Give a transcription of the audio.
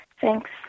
Thanks